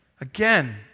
Again